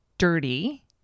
dirty